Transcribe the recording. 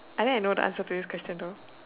I think I know the answer to this question though